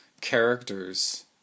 characters